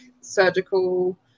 surgical